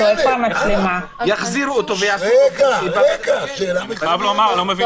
של הממשלה להאריך את התוקף של החוק עצמו זה ככל הנראה